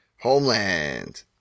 Homeland